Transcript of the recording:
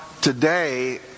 today